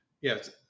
yes